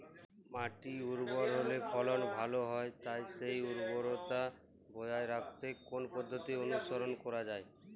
মাটি উর্বর হলে ফলন ভালো হয় তাই সেই উর্বরতা বজায় রাখতে কোন পদ্ধতি অনুসরণ করা যায়?